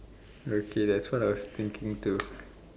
okay that's what I was thinking too